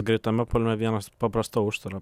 greitame puolime vienas paprastą užtvarą